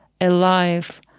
alive